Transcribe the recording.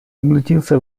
обратился